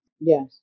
Yes